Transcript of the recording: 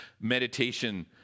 meditation